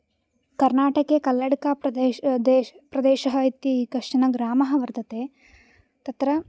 कर्णाटके कल्लडका प्रदेशः देशः इति कश्चन ग्रामः वर्तते तत्र